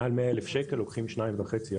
מעל 100,000 שקלים לוקחים 2.5%,